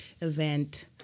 event